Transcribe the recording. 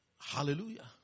Hallelujah